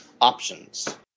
options